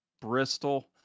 Bristol